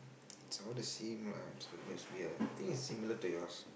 it's all the same lah so must be a I think it's similar to yours